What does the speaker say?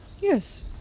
Yes